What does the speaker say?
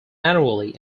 annually